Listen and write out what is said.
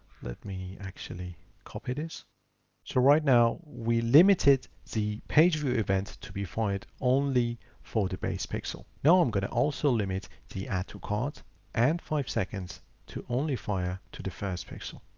let me actually copy this. so right now we limited the page view event to be fired only for the base pixel. now i'm going to also limit the add to cart and five seconds to only fire to the first pixel.